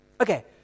Okay